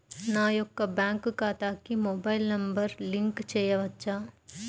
నా యొక్క బ్యాంక్ ఖాతాకి మొబైల్ నంబర్ లింక్ చేయవచ్చా?